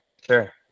Sure